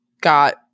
got